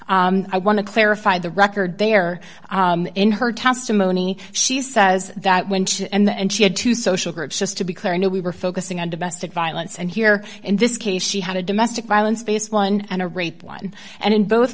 i want to clarify the record there in her testimony she says that went and she had to social groups just to be clear no we were focusing on domestic violence and here in this case she had a domestic violence case one and a rape one and in both